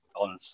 on